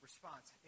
Response